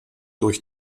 durch